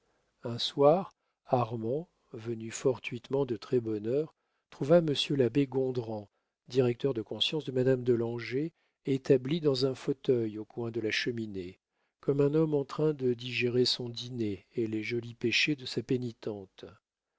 un soir armand venu fortuitement de très-bonne heure trouva monsieur l'abbé gondrand directeur de la conscience de madame de langeais établi dans un fauteuil au coin de la cheminée comme un homme en train de digérer son dîner et les jolis péchés de sa pénitente